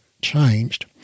changed